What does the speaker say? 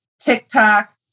TikTok